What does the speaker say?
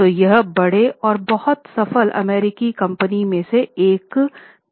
तो यह बड़े और बहुत सफल अमेरिकी कंपनियों में से एक थी